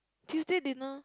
Tuesday dinner